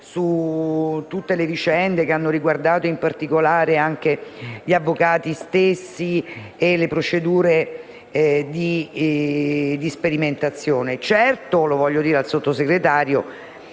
su tutte le vicende che hanno riguardato, in particolare, anche gli avvocati e le procedure di sperimentazione. Certo, lo voglio dire al Sottosegretario,